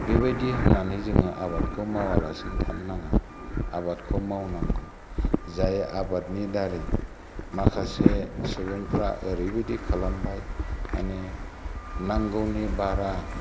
बिबायदि होननानै जोङो आबादखौ मावालासेनो थानो नाङा आबादखौ मावनांगौ जाय आबादनि दारै माखासे सुबुंफ्रा एरैबायदि खालामबाय माने नांगौनि बारा